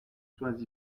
soins